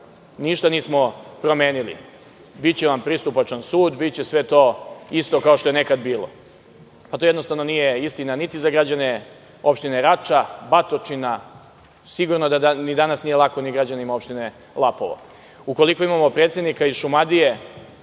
ništa nismo promenili, biće vam pristupačan sud, biće sve to isto kao što je nekada bilo. To jednostavno nije istina niti za građane opštine Rača, ni opštine Batočina, a sigurno da danas nije lako ni građanima opštine Lapovo. Ukoliko imamo predsednika iz Šumadije